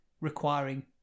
requiring